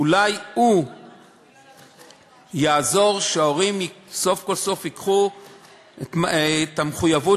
אולי הוא יעזור שההורים סוף כל סוף ייקחו את המחויבות